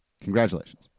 Congratulations